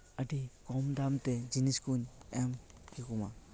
ᱟᱹᱰᱤ ᱠᱚᱢ ᱫᱟᱢᱛᱮ ᱡᱤᱱᱤᱥᱠᱚᱧ ᱮᱢ ᱠᱮᱠᱚᱣᱟ